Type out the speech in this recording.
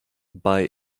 bei